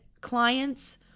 clients